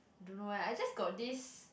don't know eh I just got this